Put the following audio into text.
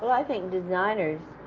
i think designers